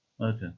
Okay